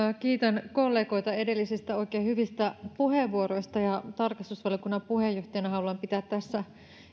kiitän kollegoita edellisistä oikein hyvistä puheenvuoroista ja tarkastusvaliokunnan puheenjohtajana haluan pitää tässä